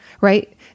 Right